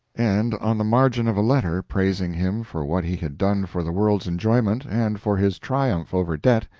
and on the margin of a letter praising him for what he had done for the world's enjoyment, and for his triumph over debt,